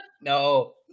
no